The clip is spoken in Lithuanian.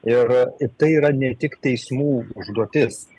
ir tai yra ne tik teismų užduotis